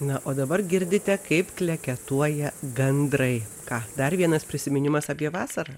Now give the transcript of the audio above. na o dabar girdite kaip kleketuoja gandrai ką dar vienas prisiminimas apie vasarą